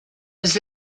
was